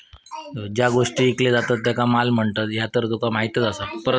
ज्यो गोष्टी ईकले जातत त्येंका माल म्हणतत, ह्या तर तुका माहीतच आसा